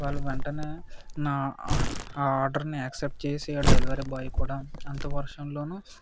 వాళ్ళు వెంటనే నా ఆర్డర్ని యాక్సెప్ట్ చేసి ఆ డెలివరీ బాయ్ కూడా అంత వర్షంలో